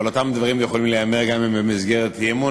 אבל אותם דברים יכולים להיאמר גם במסגרת אי-אמון,